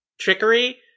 trickery